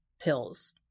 pills